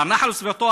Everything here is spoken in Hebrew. הנחל וסביבתו,